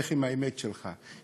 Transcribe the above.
לך עם האמת שלך,